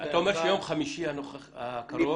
שביום חמישי הקרוב?